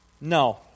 No